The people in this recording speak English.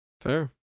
Fair